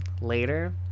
later